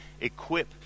equip